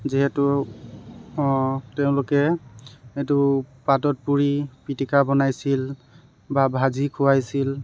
যিহেতু তেওঁলোকে এইটো পাতত পুৰি পিটিকা বনাইছিল বা ভাজি খুৱাইছিল